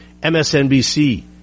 MSNBC